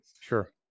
sure